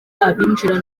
abinjira